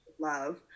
love